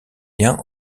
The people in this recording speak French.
liens